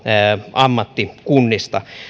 ammattikunnista